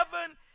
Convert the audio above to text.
heaven